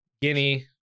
guinea